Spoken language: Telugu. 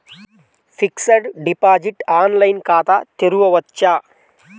ఫిక్సడ్ డిపాజిట్ ఆన్లైన్ ఖాతా తెరువవచ్చా?